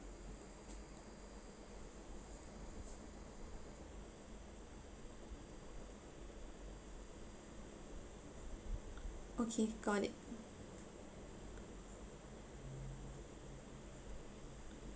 okay got it